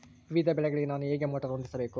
ವಿವಿಧ ಬೆಳೆಗಳಿಗೆ ನಾನು ಹೇಗೆ ಮೋಟಾರ್ ಹೊಂದಿಸಬೇಕು?